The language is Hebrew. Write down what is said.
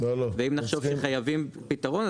ואם נחשוב שחייבים פתרון,